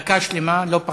דקה שלמה, לא פחות.